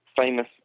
famous